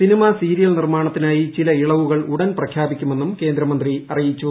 cinema serial നിർമ്മാണത്തിനായി ചില ഇളവുകൾ ഉടൻ പ്രഖ്യാപിക്കുമെന്നും കേന്ദ്രമന്ത്രി അറിയിച്ചു